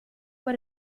por